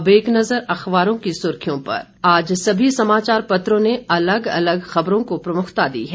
अब एक नजर अखबारों की सुर्खियों पर आज सभी समाचारपत्रों ने अलग अलग खबरों को प्रमुखता दी है